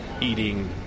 eating